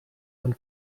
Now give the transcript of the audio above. and